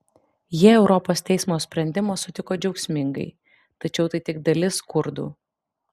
jie europos teismo sprendimą sutiko džiaugsmingai tačiau tai tik dalis kurdų